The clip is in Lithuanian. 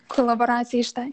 koloboracijai šitai